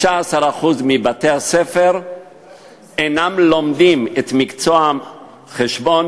ב-16% מבתי-הספר אין לומדים את מקצוע החשבון,